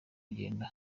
agenda